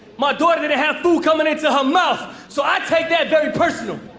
my daughter didn't have food coming into her mouth. so, i take that very personal,